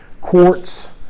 quartz